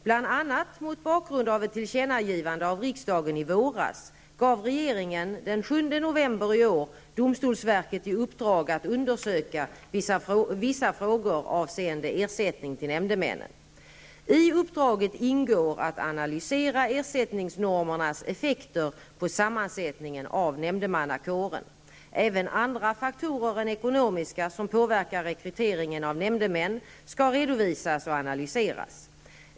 Bl.a. mot bakgrund av ett tillkännagivande av riksdagen i våras gav regeringen den 7 november i år domstolsverket i uppdrag att undersöka vissa frågor avseende ersättning till nämndemännen. I uppdraget ingår att analysera ersättningsnormernas effekter på sammansättningen av nämndemannakåren. Även andra faktorer än ekonomiska som påverkar rekryteringen av nämndemän skall redovisas och analyseras.